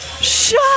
shut